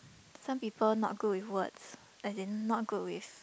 some people not good with words as in not good with